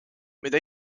mida